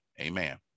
Amen